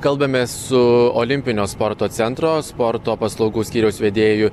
kalbamės su olimpinio sporto centro sporto paslaugų skyriaus vedėju